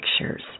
pictures